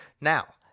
now